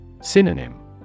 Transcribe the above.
Synonym